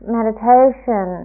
meditation